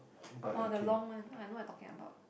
oh the long one I know what you talking about